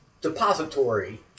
depository